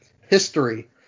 History